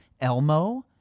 Elmo